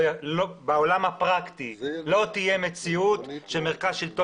בעולם הפרקטי לא תהיה מציאות שמרכז שלטון